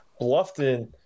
Bluffton